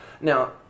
Now